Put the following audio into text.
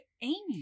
amy